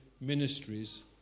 ministries